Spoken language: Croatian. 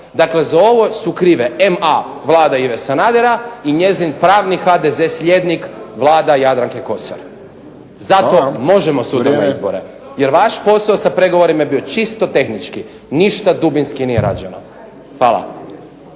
Dakle, za ovu su krive MA vlada Ive Sanadera i njezin pravni HDZ slijednik vlada Jadranke Kosor. Zato možemo ... izbore, jer vaš posao sa pregovorima je bio čisto tehnički. Ništa nije dubinski rađeno. Hvala.